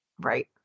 Right